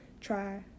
try